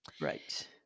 Right